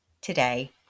today